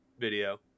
video